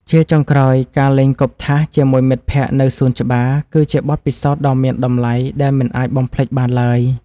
ជាចុងក្រោយ ការលេងគប់ថាសជាមួយមិត្តភក្តិនៅសួនច្បារ គឺជាបទពិសោធន៍ដ៏មានតម្លៃដែលមិនអាចបំភ្លេចបានឡើយ។